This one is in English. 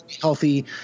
healthy